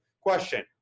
question